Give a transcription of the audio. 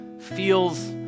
feels